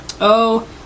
Oh